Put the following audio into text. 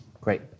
Great